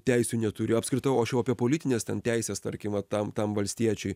teisių neturi apskritai o aš jau apie politines teises tarkim va tam tam valstiečiui